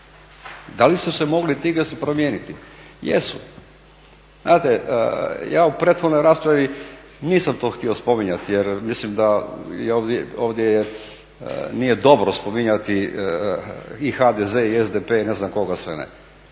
Da li su se mogli … promijeniti? Jesu. Znate ja u prethodnoj raspravi nisam to htio spominjati jer mislim da je ovdje nije dobro spominjati i HDZ i SDP i ne znam koga sve ne,